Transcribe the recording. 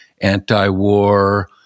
anti-war